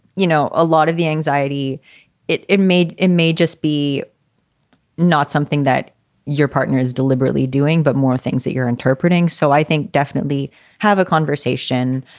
you know, a lot of the anxiety it it made in may just be not something that your partner is deliberately doing, but more things that you're interpreting. so i think definitely have a conversation.